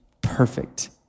perfect